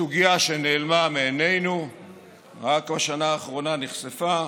סוגיה שנעלמה מעינינו ורק בשנה האחרונה נחשפה,